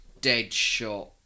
Deadshot